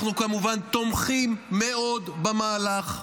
אנחנו כמובן תומכים מאוד במהלך.